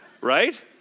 Right